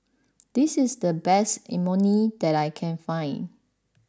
this is the best Imoni that I can find